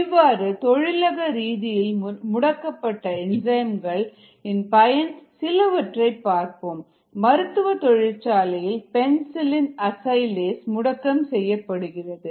இவ்வாறு தொழிலக ரீதியில் முடக்கப்பட்ட என்சைம்கள் இன் பயன் சிலவற்றை பார்ப்போம் மருத்துவ தொழிற்சாலையில் பென்சில்இன் அசைலேஸ் முடக்கம் செய்யப்படுகிறது